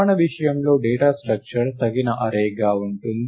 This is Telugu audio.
మన విషయంలో డేటా స్ట్రక్చర్ తగిన అర్రేగా ఉంటుంది